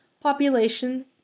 Population